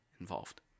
involved